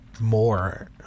more